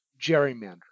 gerrymandering